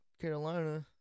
Carolina